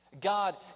God